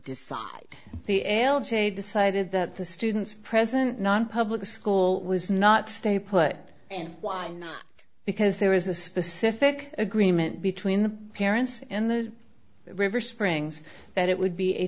decide the l j decided that the student's present nonpublic school was not stay put and why because there was a specific agreement between the parents in the river springs that it would be a